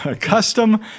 custom